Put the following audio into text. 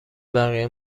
بقیه